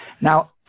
Now